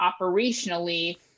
operationally